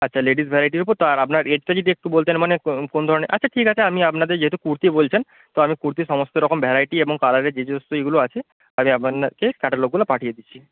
আচ্ছা লেডিজ ভ্যারাইটির উপর তো আর আপনার এজটা যদি একটু বলতেন মানে কোন ধরনের আচ্ছা ঠিক আছে আমি আপনাদের যেহেতু কুর্তি বলছেন তো আমি কুর্তির সমস্ত রকম ভ্যারাইটি এবং কালারের যে সমস্ত ইয়েগুলো আছে আমি আপনাকে ক্যাটালগগুলো পাঠিয়ে দিচ্ছি